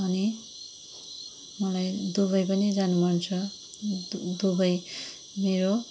अनि मलाई दुबई पनि जानु मन छ दु दुबई मेरो